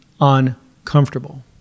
uncomfortable